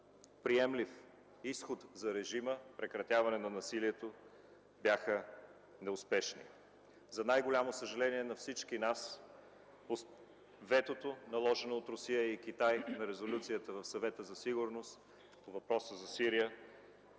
приемлив изход за режима – прекратяване на насилието, бяха неуспешни. За най-голямо съжаление на всички нас ветото наложено от Русия и Китай на Резолюцията в Съвета за сигурност по въпроса за Сирия